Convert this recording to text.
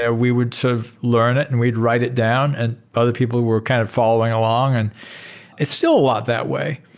yeah we would sort of learn it and we'd write it down and other people were kind of following along. and it's still a lot that way.